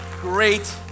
great